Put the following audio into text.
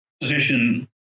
position